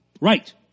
Right